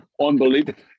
unbelievable